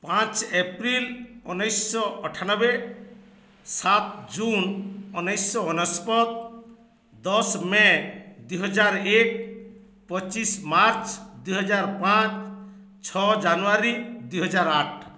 ପାଞ୍ଚ ଏପ୍ରିଲ୍ ଉଣେଇଶ ଅଠାନବେ ସାତ ଜୁନ୍ ଉଣେଇଶହ ଅନେଶ୍ୱତ ଦଶ ମେ' ଦୁଇହଜାର ଏକ ପଚିଶ ମାର୍ଚ୍ଚ ଦୁଇହଜାର ପାଞ୍ଚ ଛଅ ଜାନୁଆରୀ ଦୁଇହଜାର ଆଠ